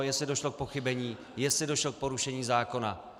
Jestli došlo k pochybení, jestli došlo k porušení zákona.